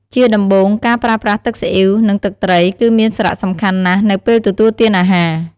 ជាដំបូង ការប្រើប្រាស់ទឹកស៊ីអ៊ីវ និងទឹកត្រី គឺមានសារៈសំខាន់ណាស់នៅពេលទទួលទានអាហារ។